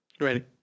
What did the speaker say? Ready